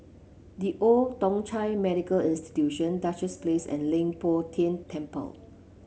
The Old Thong Chai Medical Institution Duchess Place and Leng Poh Tian Temple